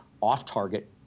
off-target